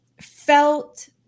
felt